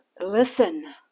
listen